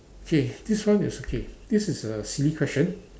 K this one is okay this is a silly question